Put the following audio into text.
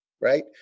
right